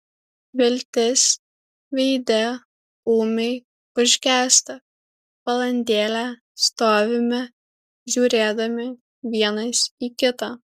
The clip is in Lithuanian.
viltis veide ūmiai užgęsta valandėlę stovime žiūrėdami vienas į kitą